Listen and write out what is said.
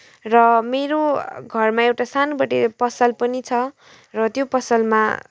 र मेरो घरमा एउटा सानोबडे पसल पनि छ र त्यो पसलमा